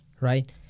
right